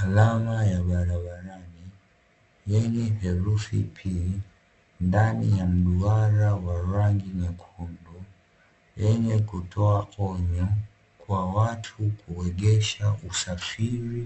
Alama ya barabarani yenye herufi "P" ndani ya mduara wa rangi nyekundu, yenye kutoa onyo kwa watu kuegesha usafiri